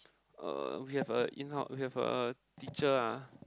uh we have a in house we have a teacher ah